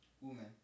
woman